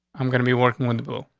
i'm gonna be working with the bull.